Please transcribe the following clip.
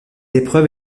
épreuve